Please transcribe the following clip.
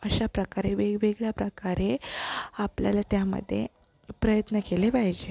अशा प्रकारे वेगवेगळ्या प्रकारे आपल्याला त्यामध्ये प्रयत्न केले पाहिजेत